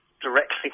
directly